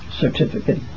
certificate